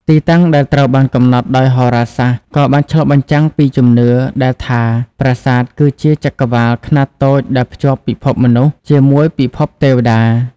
ទីតាំងដែលត្រូវបានកំណត់ដោយហោរាសាស្ត្រក៏បានឆ្លុះបញ្ចាំងពីជំនឿដែលថាប្រាសាទគឺជាចក្រវាឡខ្នាតតូចដែលភ្ជាប់ពិភពមនុស្សជាមួយពិភពទេវតា។